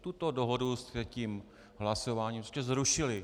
Tuto dohodu jste tím hlasováním prostě zrušili.